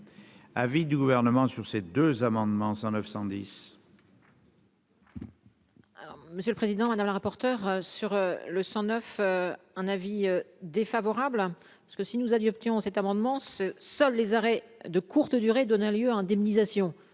Avis du gouvernement sur ces deux amendements 100 910. Alors Monsieur le Président Madame la rapporteure sur le sang neuf un avis défavorable, parce que si nous adoptions cet amendement s'seuls les arrêts de courte durée, donna lieu à indemnisation,